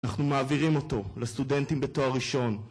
אנחנו מעבירים אותו לסטודנטים בתואר ראשון